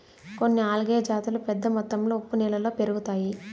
కొన్ని ఆల్గే జాతులు పెద్ద మొత్తంలో ఉప్పు నీళ్ళలో పెరుగుతాయి